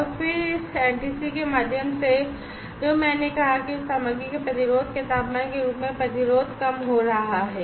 और फिर इस एनटीसी के माध्यम से जो मैंने कहा कि उस सामग्री के प्रतिरोध के तापमान के रूप में प्रतिरोध कम हो रहा है